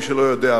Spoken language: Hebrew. מי שלא יודע,